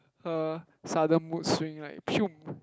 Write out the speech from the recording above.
her sudden mood swing right